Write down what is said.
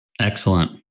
Excellent